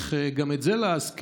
גם את זה צריך להזכיר,